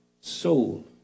soul